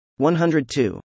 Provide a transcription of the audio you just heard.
102